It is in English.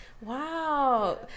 Wow